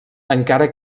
encara